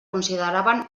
consideraven